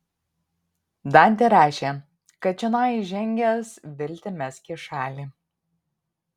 dantė rašė kad čionai įžengęs viltį mesk į šalį